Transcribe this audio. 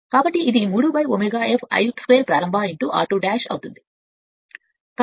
కాబట్టి ఇది3 I 2ప్రారంభం r2"' అవుతుంది సరైనది